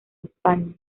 españa